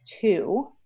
two